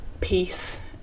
peace